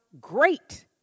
great